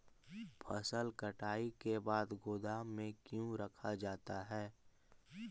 फसल कटाई के बाद गोदाम में क्यों रखा जाता है?